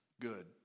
good